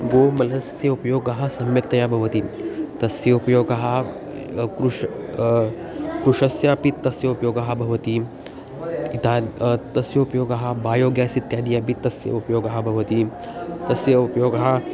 गोमलस्य उपयोगः सम्यक्तया भवति तस्य उपयोगः कृषिः कृषौ अपि तस्य उपयोगः भवति एतद् तस्य उपयोगः बायो गेस् इत्यादयः अपि तस्य उपयोगः भवति तस्य उपयोगः